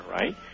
right